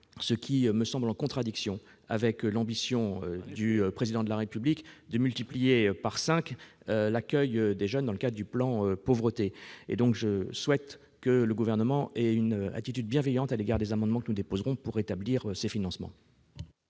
ce qui me semble être en contradiction avec l'ambition du Président de la République de multiplier par cinq l'accueil des jeunes dans le cadre du plan Pauvreté. Je souhaite donc que le Gouvernement ait une attitude bienveillante à l'égard des amendements que nous défendrons en vue de rétablir ces financements.